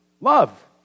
Love